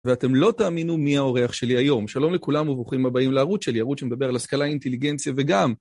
ואתם לא תאמינו מי העורך שלי היום. שלום לכולם וברוכים הבאים לערוץ שלי, ערוץ שמדבר על השכלה, אינטליגנציה וגם.